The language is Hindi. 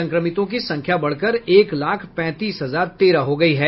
संक्रमितों की संख्या बढ़कर एक लाख पैंतीस हजार तेरह हो गयी है